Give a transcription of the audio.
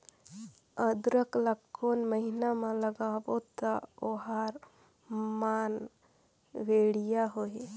अदरक ला कोन महीना मा लगाबो ता ओहार मान बेडिया होही?